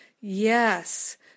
Yes